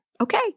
Okay